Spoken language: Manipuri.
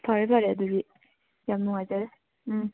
ꯐꯔꯦ ꯐꯔꯦ ꯑꯗꯨꯗꯤ ꯌꯥꯝ ꯅꯨꯡꯉꯥꯏꯖꯔꯦ ꯎꯝ